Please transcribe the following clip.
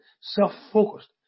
self-focused